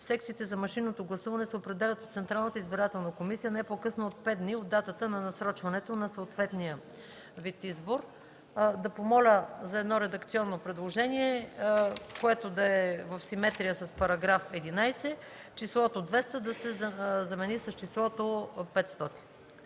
Секциите за машинното гласуване се определят от Централната избирателна комисия не по-късно от 5 дни от датата на насрочването на съответния вид избор.” Да помоля за едно редакционно предложение, което да е в симетрия с § 11 – числото „200” да се замени с числото „500”.